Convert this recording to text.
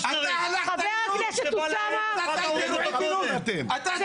חבר הכנסת אוסאמה, צא מהאולם.